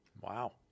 Wow